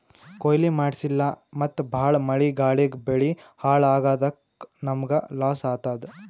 ಕೊಯ್ಲಿ ಮಾಡ್ಸಿಲ್ಲ ಮತ್ತ್ ಭಾಳ್ ಮಳಿ ಗಾಳಿಗ್ ಬೆಳಿ ಹಾಳ್ ಆಗಾದಕ್ಕ್ ನಮ್ಮ್ಗ್ ಲಾಸ್ ಆತದ್